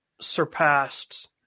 surpassed